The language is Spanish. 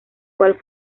cual